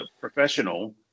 professional